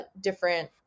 different